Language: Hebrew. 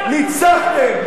ניצחתם,